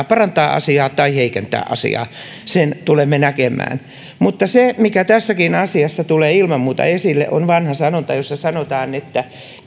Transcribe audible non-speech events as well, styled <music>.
<unintelligible> parantaa asiaa tai heikentää asiaa sen tulemme näkemään mutta se mikä tässäkin asiassa tulee ilman muuta esille on vanha sanonta jossa sanotaan että